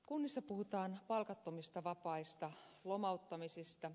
kunnissa puhutaan palkattomista vapaista lomauttamisista